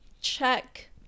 Check